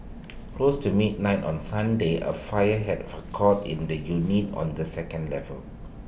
close to midnight on Sunday A fire had core in the unit on the second level